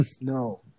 No